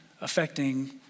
affecting